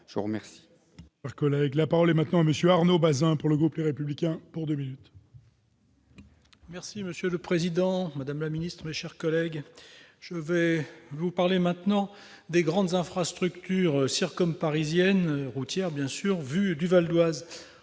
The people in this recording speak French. je vous remercie